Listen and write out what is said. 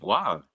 Wow